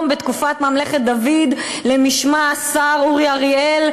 בתקופת ממלכת דוד למשמע השר אורי אריאל,